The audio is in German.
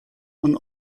und